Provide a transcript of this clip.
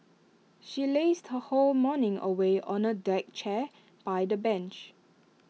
she lazed her whole morning away on A deck chair by the beach